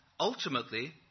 Ultimately